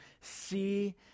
see